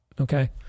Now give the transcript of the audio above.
Okay